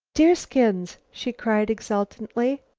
deerskins! she cried exultantly.